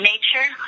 Nature